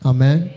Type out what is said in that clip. Amen